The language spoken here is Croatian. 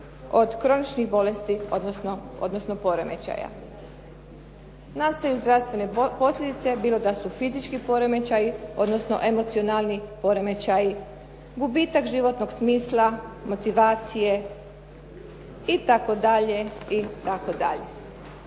od kroničnih bolesti odnosno poremećaja. Nastaju zdravstvene posljedice, bilo da su fizički poremećaji odnosno emocionalni poremećaji, gubitak životnog smisla, motivacije itd., itd.